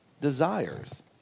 desires